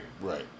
Right